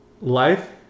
Life